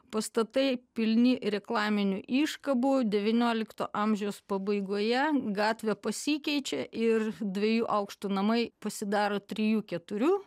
pastatai pilni reklaminių iškabų devyniolikto amžiaus pabaigoje gatvė pasikeičia ir dviejų aukštų namai pasidaro trijų keturių